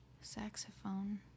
Saxophone